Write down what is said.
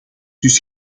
dus